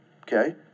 Okay